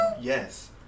Yes